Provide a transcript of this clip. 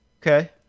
Okay